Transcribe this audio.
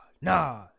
Nah